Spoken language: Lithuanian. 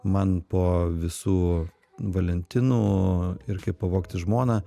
man po visų valentinų ir kaip pavogti žmoną